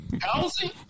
housing